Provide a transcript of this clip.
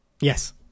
Yes